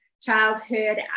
childhood